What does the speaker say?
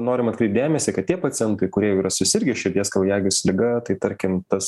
norim atkreipt dėmesį kad tie pacientai kurie jau yra susirgę širdies kraujagyslių liga tai tarkim tas